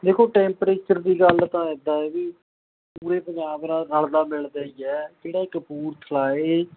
ਦੇਖੋ ਟੈਂਮਰੇਚਰ ਦੀ ਗੱਲ ਤਾਂ ਇੱਦਾਂ ਹੈ ਵੀ ਪੂਰੇ ਪੰਜਾਬ ਨਾਲ ਰਲਦਾ ਮਿਲਦਾ ਹੀ ਹੈ ਜਿਹੜਾ ਇਹ ਕਪੂਰਥਲਾ ਹੈ